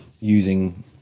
using